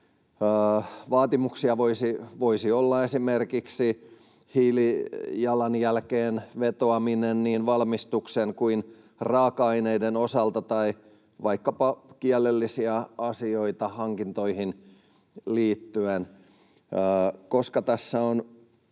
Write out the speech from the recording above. vaatimuksia voisi olla esimerkiksi hiilijalanjälkeen vetoaminen niin valmistuksen kuin raaka-aineiden osalta tai vaikkapa kielellisiä asioita hankintoihin liittyen. Koska tässä on